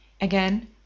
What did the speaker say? again